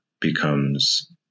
becomes